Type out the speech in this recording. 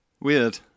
Weird